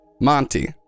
Monty